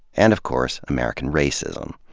and of course american racism.